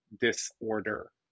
disorder